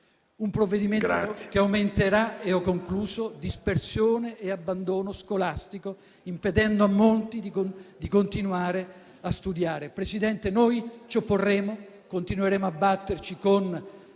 Un provvedimento che aumenterà - ho concluso - dispersione e abbandono scolastico, impedendo a molti di continuare a studiare. Presidente, noi ci opporremo con forza e continueremo a batterci con